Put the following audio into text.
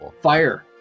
Fire